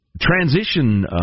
Transition